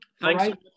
Thanks